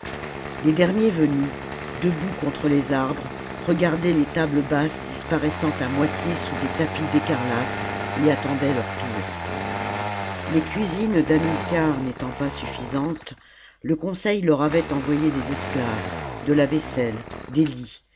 les derniers venus debout contre les arbres regardaient les tables basses disparaissant à moitié sous des tapis d'écarlate et attendaient leur tour les cuisines d'hamilcar n'étant pas suffisantes le conseil leur avait envoyé des esclaves de la vaisselle des